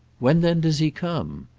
when then does he come?